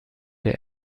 der